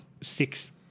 six